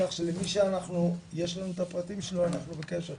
כך שמי שיש לנו את הפרטים שלו, אנחנו בקשר איתו.